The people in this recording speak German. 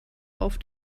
auf